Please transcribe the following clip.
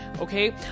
okay